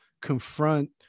confront